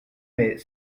mais